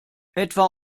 etwa